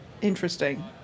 Interesting